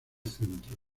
centro